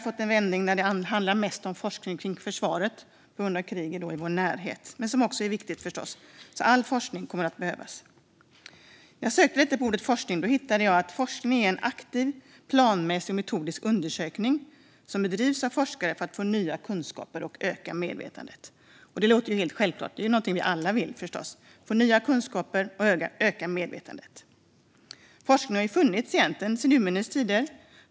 Just nu handlar det mycket om forskning om försvaret på grund av kriget i vår närhet, och det är givetvis också viktigt. När jag sökte på ordet forskning hittade jag detta: Forskning är en aktiv, planmässig och metodisk undersökning som bedrivs av forskare för att få nya kunskaper och öka medvetandet. Det låter helt självklart, för att få nya kunskaper och öka medvetandet är ju något vi alla vill. Forskning har funnits sedan urminnes tider.